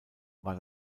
war